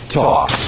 talk